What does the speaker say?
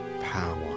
power